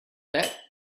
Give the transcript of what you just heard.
that